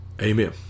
Amen